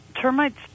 termites